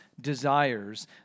desires